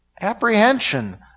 apprehension